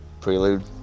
prelude